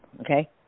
okay